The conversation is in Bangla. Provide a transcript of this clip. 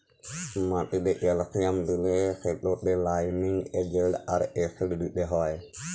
মাটিতে ক্যালসিয়াম দিলে সেটতে লাইমিং এজেল্ট আর অ্যাসিড দিতে হ্যয়